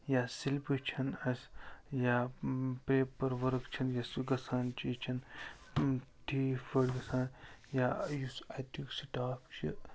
یا سِلپہٕ چھَنہٕ اَسہِ یا پیپَر ؤرٕک چھِنہٕ یُس سُہ گَژھان چھِ یہِ چھِنہٕ ٹھیٖک پٲٹھۍ گَژھان یا یُس اَتیُک سٹاف چھُ